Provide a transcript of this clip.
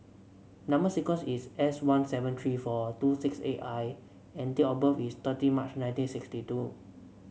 number sequence is S one seven three four two six eight I and date of birth is thirty March nineteen sixty two